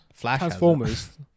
Transformers